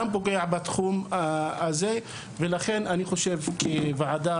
גם פוגע בתחום הזה ולכן אני חושב כוועדה,